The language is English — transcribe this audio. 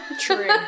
True